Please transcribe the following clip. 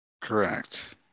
Correct